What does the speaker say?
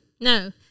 No